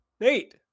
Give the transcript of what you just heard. nate